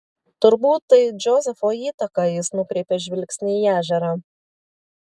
turbūt tai džozefo įtaka jis nukreipė žvilgsnį į ežerą